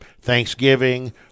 Thanksgiving